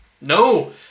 No